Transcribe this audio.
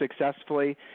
successfully